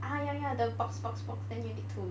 (uh huh) ya ya the box box box then you need to